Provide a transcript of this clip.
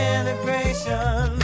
Integration